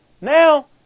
Now